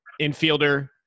Infielder